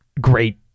great